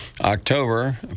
October